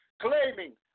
claiming